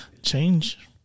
change